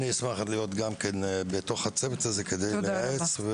אשמח להיות בצוות הזה כדי לייעץ.